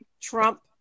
Trump